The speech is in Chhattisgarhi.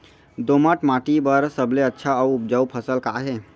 दोमट माटी बर सबले अच्छा अऊ उपजाऊ फसल का हे?